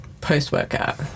post-workout